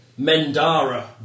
Mendara